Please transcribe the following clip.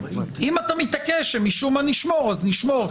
אם אתה מתעקש שמשום מה נשמור אז נשמור,